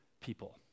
people